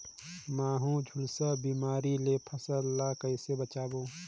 महू, झुलसा बिमारी ले फसल ल कइसे बचाबो?